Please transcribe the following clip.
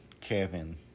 Kevin